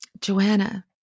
Joanna